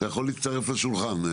יכול להצטרף לשולחן.